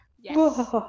Yes